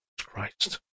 Christ